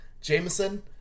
jameson